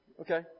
Okay